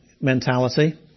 mentality